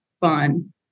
fun